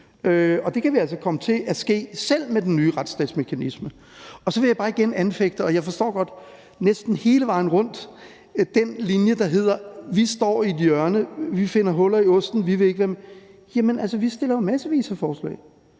Og det kan altså komme til at ske, selv med den nye retsstatsmekanisme. Så vil jeg bare igen anfægte den linje, som jeg forstår er næsten hele vejen rundt, og som hedder, at vi står i et hjørne, at vi finder huller i osten, og at vi ikke vil være med. Jamen altså, vi stiller jo massevis af forslag